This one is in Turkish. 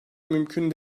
mümkün